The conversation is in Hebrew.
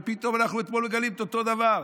ופתאום אנחנו אתמול מגלים את אותו דבר.